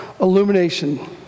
illumination